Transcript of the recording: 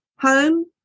Home